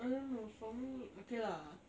I don't know for me okay lah